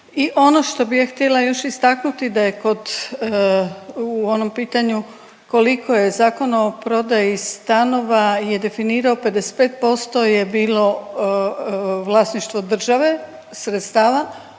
I ono što bih ja htjela još istaknuti da je kod u onom pitanju koliko je Zakon o prodaji stanova je definirao 55% je bilo vlasništvo države, sredstava,